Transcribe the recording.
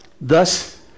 Thus